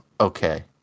Okay